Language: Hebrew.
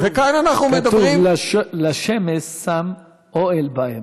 כתוב "לשמש שם אֹהל בהם".